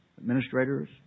administrators